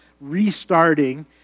restarting